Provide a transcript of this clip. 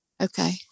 Okay